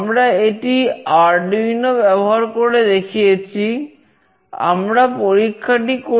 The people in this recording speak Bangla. আমরা এটি আরডুইনো ব্যবহার করে